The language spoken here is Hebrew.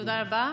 תודה רבה.